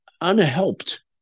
unhelped